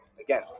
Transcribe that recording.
Again